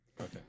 Okay